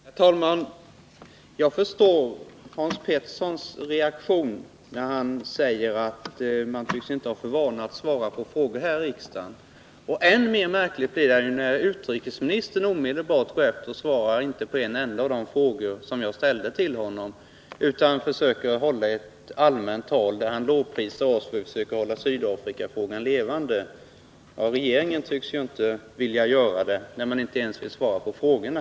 Herr talman! Jag förstår Hans Peterssons reaktion, när han säger att man här i riksdagen inte tycks ha för vana att svara på frågor. Det är märkligt att utrikesministern omedelbart därefter går upp och inte svarar på en enda av de frågor som jag har ställt till honom. Han försökte i stället hålla ett allmänt tal, där han lovprisade oss för att vi försöker hålla Sydafrikafrågan levande. Regeringen tycks dock inte vilja göra det, eftersom utrikesministern inte ens vill svara på frågor.